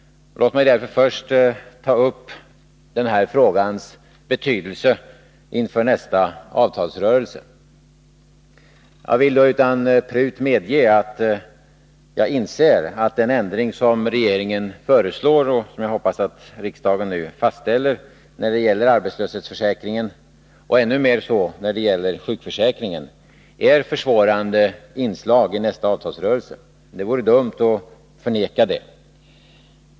Låt mig också ta upp frågans betydelse inför nästa avtalsrörelse. Jag vill utan prut medge att jag inser att den ändring som regeringen föreslår och som jag hoppas att riksdagen nu fastställer när det gäller arbetslöshetsförsäkring — och ännu mer så när det gäller sjukförsäkringen — är försvårande inslag i nästa avtalsrörelse. Det vore dumt att förneka det.